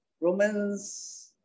Romans